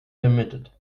permitted